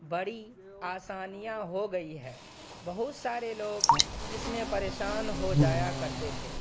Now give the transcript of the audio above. بڑی آسانیاں ہو گئی ہیں بہت سارے لوگ اس میں پریشان ہو جایا کرتے تھے